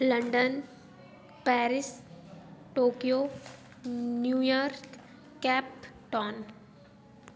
London Paris Tokyo New York Cape Town